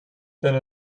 denn